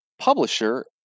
publisher